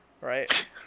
Right